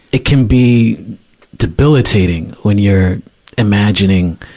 it can be debilitating when you're imagining,